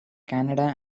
canada